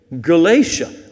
Galatia